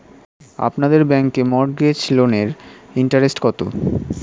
আপনাদের ব্যাংকে মর্টগেজ লোনের ইন্টারেস্ট কত?